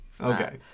Okay